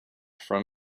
from